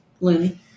Loony